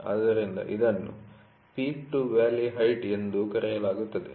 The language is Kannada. ಆದ್ದರಿಂದ ಇದನ್ನು ಪೀಕ್ ಟು ವ್ಯಾಲಿ ಹೈಟ್ ಎಂದೂ ಕರೆಯಲಾಗುತ್ತದೆ